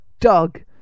Doug